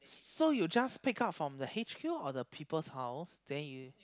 so you just pick up from the H_Q or the people's house then you